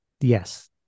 yes